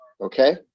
okay